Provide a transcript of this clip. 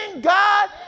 God